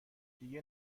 دیگه